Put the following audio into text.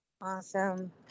Awesome